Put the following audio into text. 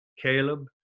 Caleb